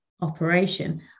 operation